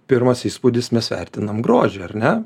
pirmas įspūdis mes vertinam grožį ar ne